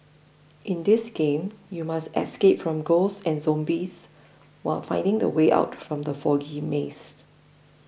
in this game you must escape from ghosts and zombies while finding the way out from the foggy maze